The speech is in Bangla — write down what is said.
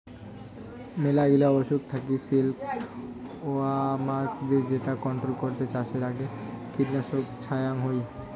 মেলাগিলা অসুখ থাকি সিল্ক ওয়ার্মদের যেটা কন্ট্রোল করতে চাষের আগে কীটনাশক ছড়াঙ হই